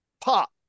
pop